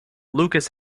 lucas